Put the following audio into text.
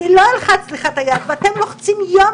אני לא אלחץ לך את היד ואתם לוחצים יום